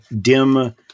dim